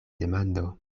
demando